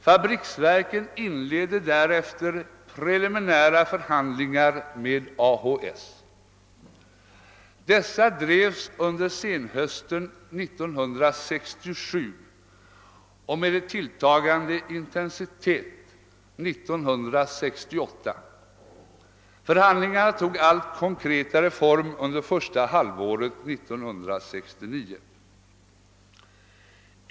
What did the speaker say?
Fabriksverken inledde därefter preliminära förhandlingar med AHS. Dessa drevs under senhösten 1967 och med tilltagande intensitet under 1968. Förhandlingarna tog allt konkretare form under första halvåret 1969.